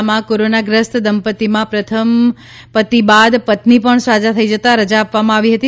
જિલ્લામાં કોરોનાગ્રસ્ત દંપતિમાં પ્રથમ પતિ બાદ પત્ની પણ સાજા થઈ જતા રજા આપવામાં આવી હતી